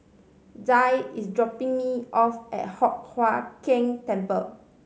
Zaire is dropping me off at Hock Huat Keng Temple